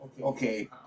okay